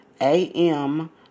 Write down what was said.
A-M